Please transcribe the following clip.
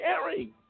caring